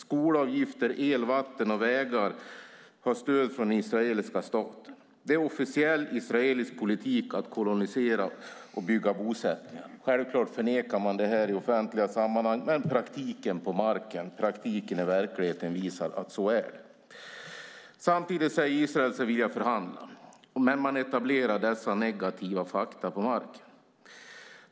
Skolavgifter, el, vatten och vägar har stöd från israeliska staten. Det är officiell israelisk politik att kolonisera och bygga bosättningar. Självklart förnekar man det i offentliga sammanhang, men i verkligheten visar praktiken på marken att det är så. Samtidigt säger sig Israel vilja förhandla. Men man etablerar dessa negativa fakta på marken.